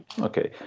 Okay